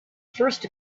first